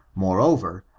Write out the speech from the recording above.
moreover,